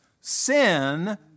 sin